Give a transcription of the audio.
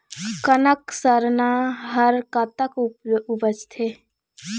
कनक सरना हर कतक उपजथे?